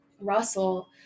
Russell